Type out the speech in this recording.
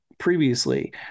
previously